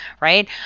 Right